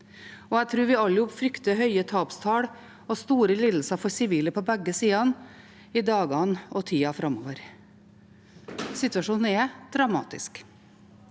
Jeg tror vi alle frykter høye tapstall og store lidelser for sivile på begge sider i dagene og tida framover. Situasjonen er dramatisk.